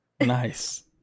Nice